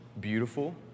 beautiful